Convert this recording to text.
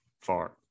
far